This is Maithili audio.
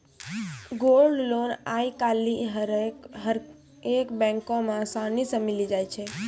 गोल्ड लोन आइ काल्हि हरेक बैको मे असानी से मिलि जाय छै